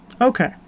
Okay